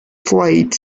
flight